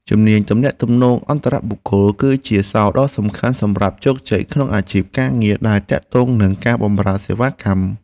ជំនាញទំនាក់ទំនងអន្តរបុគ្គល គឺជាសោរដ៏សំខាន់សម្រាប់ជោគជ័យក្នុងអាជីពការងារដែលទាក់ទងនឹងការបម្រើសេវាកម្ម។